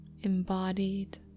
embodied